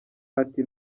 ati